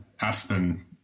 Aspen